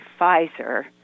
Pfizer